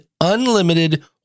unlimited